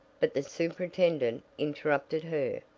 but the superintendent interrupted her.